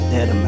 Dead